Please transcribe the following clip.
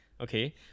Okay